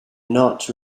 not